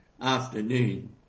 afternoon